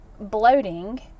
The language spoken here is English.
Bloating